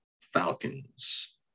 Falcons